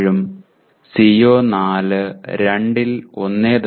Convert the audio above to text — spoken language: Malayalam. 7 ഉം CO4 2 ൽ 1